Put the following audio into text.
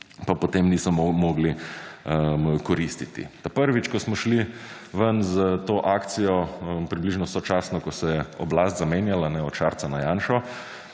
pa potem niso mogli koristiti. Ta prvič, ko smo šli ven s to akcijo, približno sočasno, ko se je oblast zamenjala od Šarca na Janšo,